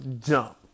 jump